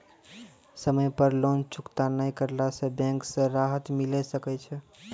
समय पर लोन चुकता नैय करला पर बैंक से राहत मिले सकय छै?